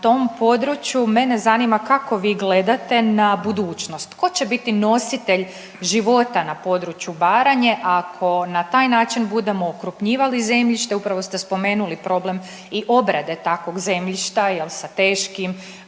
Na tom području mene zanima kako vi gledate na budućnost? Tko će biti nositelj života na području Baranje ako na taj način budemo okrupnjivali zemljište. Upravo ste spomenuli problem i obrade takvog zemljišta jel' sa teškim, velikim